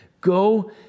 Go